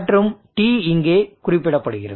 மற்றும் T இங்கே குறிப்பிடப்படுகிறது